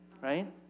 Right